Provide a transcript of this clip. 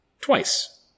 twice